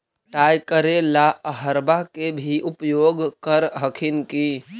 पटाय करे ला अहर्बा के भी उपयोग कर हखिन की?